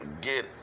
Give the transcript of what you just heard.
get